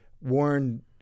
Warren